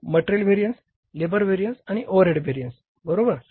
material variance labour variance आणि overhead variance बरोबर